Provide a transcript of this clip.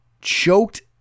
choked